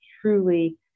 truly